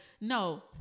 no